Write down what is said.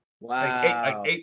Wow